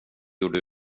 gjorde